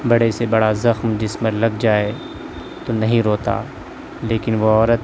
بڑے سے بڑا زخم جسم پر لگ جائے تو نہیں روتا لیکن وہ عورت